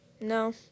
no